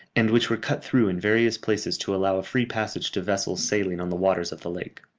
and which were cut through in various places to allow a free passage to vessels sailing on the waters of the lake.